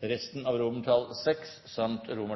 resten av I samt hele II og